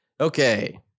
Okay